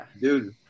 dude